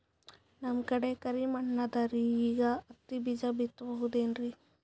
ನಮ್ ಕಡೆ ಕರಿ ಮಣ್ಣು ಅದರಿ, ಈಗ ಹತ್ತಿ ಬಿತ್ತಬಹುದು ಏನ್ರೀ?